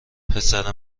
پسر